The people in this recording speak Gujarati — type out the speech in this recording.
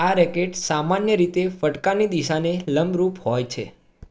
આ રેકેટ સામાન્ય રીતે ફટકાની દિશાને લંબરૂપ હોય છે